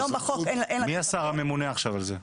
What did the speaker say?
היום, בחוק אין לה את הסמכות.